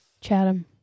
Chatham